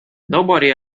nobody